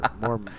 More